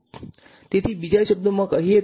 આપણે તેને શક્ય તેટલું સામાન્ય રાખવા માંગીએ છીએ